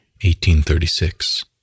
1836